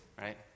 right